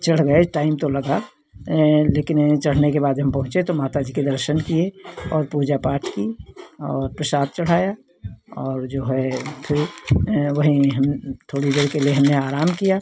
चढ़ गए टाइम तो लगा लेकिन चढ़ने के बाद जब हम पहुँचे तो माता जी के दर्शन किए और पूजा पाठ की और प्रसाद चढ़ाया और जो है फिर वहीं हम थोड़ी देर के लिए हमने आराम किया